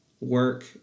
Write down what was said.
work